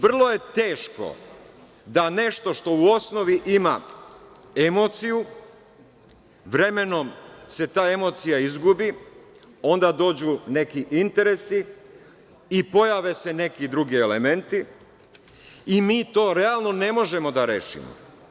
Vrlo je teško da nešto što u osnovi ima emociju, vremenom se ta emocija izgubi, onda dođu neki interesi i pojave se neki drugi elementi i mi to realno ne možemo da rešimo.